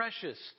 precious